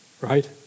right